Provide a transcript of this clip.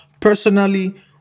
personally